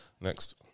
Next